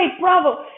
bravo